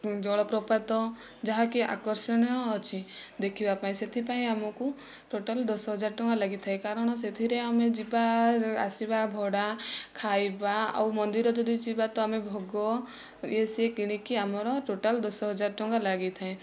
ଜଳପ୍ରପାତ ଯାହାକି ଆକର୍ଷଣୀୟ ଅଛି ଦେଖିବା ପାଇଁ ସେଥିପାଇଁ ଆମକୁ ଟୋଟାଲ୍ ଦଶ ହଜାର ଟଙ୍କା ଲାଗିଥାଏ କାରଣ ସେଥିରେ ଆମେ ଯିବାଆସିବା ଭଡ଼ା ଖାଇବା ଆଉ ମନ୍ଦିର ଯଦି ଯିବା ତ ଆମେ ଭୋଗ ଇଏ ସିଏ କିଣିକି ଆମର ଟୋଟାଲ୍ ଦଶ ହଜାର ଟଙ୍କା ଲାଗିଥାଏ